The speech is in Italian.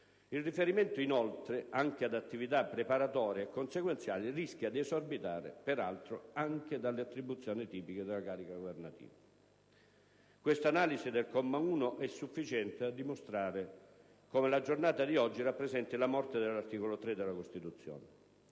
Il riferimento, inoltre, anche ad attività preparatorie e consequenziali rischia di esorbitare peraltro anche dalle attribuzioni tipiche della carica governativa. Questa analisi del solo comma 1 è sufficiente a dimostrare come la giornata di oggi rappresenti la morte dell'articolo 3 della Costituzione.